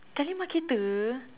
telemarketer